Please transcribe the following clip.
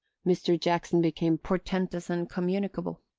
mr. jackson became portentous and communicable.